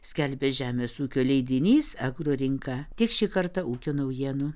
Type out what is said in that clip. skelbia žemės ūkio leidinys agro rinka tiek šį kartą ūkio naujienų